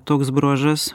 toks bruožas